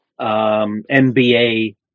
NBA